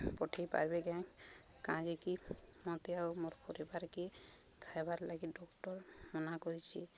ପଠେଇ ପାର୍ବେ କି ନା କାଁ ଯେକି ମୋତେ ଆଉ ମୋର୍ ପରିବାର୍କେ ଖାଇବାର୍ ଲାଗି ଡ଼କ୍ଟର୍ ମନା କରିଛି